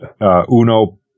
Uno